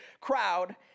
crowd